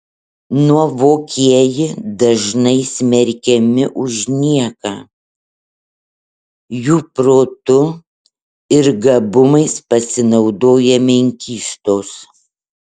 nuovokieji dažnai smerkiami už nieką jų protu ir gabumais pasinaudoja menkystos